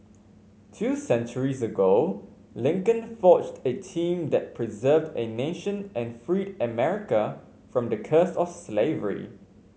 two centuries ago Lincoln forged a team that preserved a nation and freed America from the curse of slavery